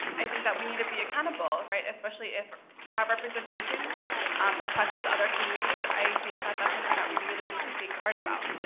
i think that we need to be accountable, right? especially if our representation oppresses other communities. i think that that's something that we really need to think hard about.